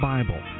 Bible